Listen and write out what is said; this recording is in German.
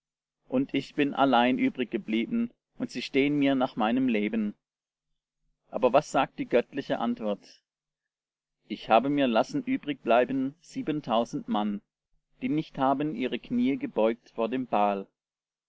und ich bin allein übriggeblieben und sie stehen mir nach meinem leben aber was sagt die göttliche antwort ich habe mir lassen übrig bleiben siebentausend mann die nicht haben ihre kniee gebeugt vor dem